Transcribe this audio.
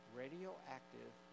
radioactive